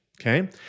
Okay